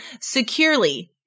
securely